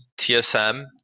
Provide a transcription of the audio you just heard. tsm